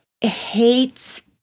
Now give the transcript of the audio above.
hates